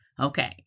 okay